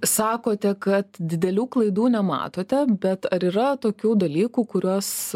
sakote kad didelių klaidų nematote bet ar yra tokių dalykų kuriuos